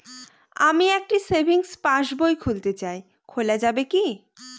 আমি একটি সেভিংস পাসবই খুলতে চাই খোলা যাবে কি?